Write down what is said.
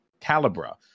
Calibra